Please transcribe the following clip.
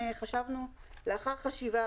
לאחר חשיבה,